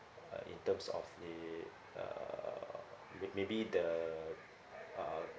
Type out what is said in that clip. uh in terms of the uh mayb~ maybe the uh